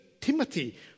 Timothy